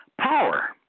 power